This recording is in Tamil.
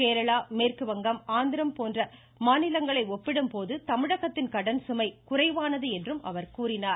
கேரளம் மேற்கு வங்கம் ஆந்திரம் போன்ற பிற மாநிலங்களை ஒப்பிடும் போது தமிழகத்தின் கடன் சுமை குறைவானது என்றும் அவர் கூறினார்